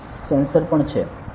તો આ એક સેન્સર પણ છે